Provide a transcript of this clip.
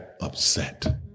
upset